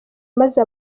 maze